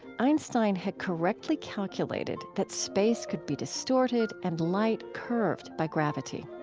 einstein had correctly calculated that space could be distorted and light curved by gravity.